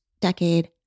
decade